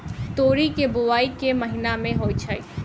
तोरी केँ बोवाई केँ महीना मे होइ छैय?